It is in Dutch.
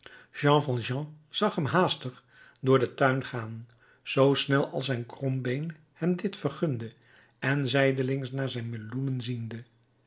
zag hem haastig door den tuin gaan zoo snel als zijn krom been hem dit vergunde en zijdelings naar zijn meloenen ziende